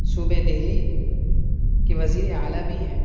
صوبہ دہلی کے وزیراعلیٰ بھی ہیں